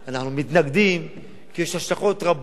כי יש השלכות רבות מאוד אחרי כל חוק-יסוד,